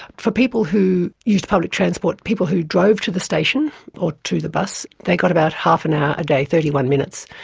for people who used public transport, people who drove to the station or to the bus, they got about half an hour a day, thirty one minutes.